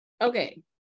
okay